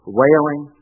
wailing